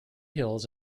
hills